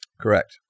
Correct